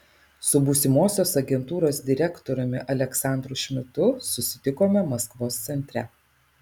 su būsimosios agentūros direktoriumi aleksandru šmidtu susitikome maskvos centre